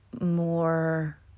More